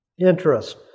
interest